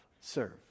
Serve